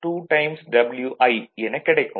Pfl 2Wi எனக் கிடைக்கும்